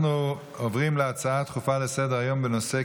אנחנו עוברים להצעות דחופה לסדר-היום בנושא: